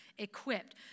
Equipped